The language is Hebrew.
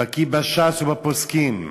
"בקי בש"ס ובפוסקים,